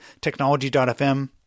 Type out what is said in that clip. technology.fm